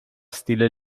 stile